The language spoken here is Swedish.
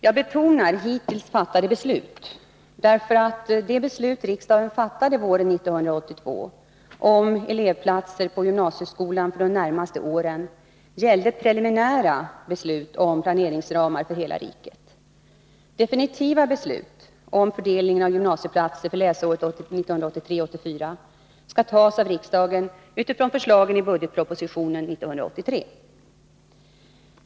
Jag betonar ”hittills fattade beslut”, därför att de beslut riksdagen fattade våren 1982 om ”elevplatser på gymnasieskolan för de närmaste åren” var preliminära beslut om planeringsramar för hela riket. Definitiva beslut om fördelningen av gymnasieplatser för läsåret 1983/84 skall tas av riksdagen utifrån förslagen i budgetpropositionen 1983.